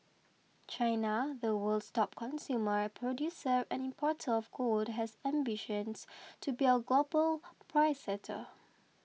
China the world's top consumer producer and importer of gold has ambitions to be a global price setter